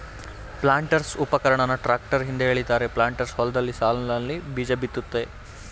ಪ್ಲಾಂಟರ್ಸ್ಉಪಕರಣನ tractor ಹಿಂದೆ ಎಳಿತಾರೆ planters ಹೊಲ್ದಲ್ಲಿ ಸಾಲ್ನಲ್ಲಿ ಬೀಜಬಿತ್ತುತ್ತೆ